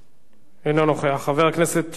אינו נוכח, חבר הכנסת שכיב שנאן,